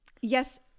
Yes